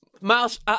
Miles